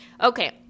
Okay